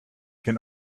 can